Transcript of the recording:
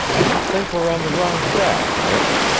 i think we're on the wrong track, murk.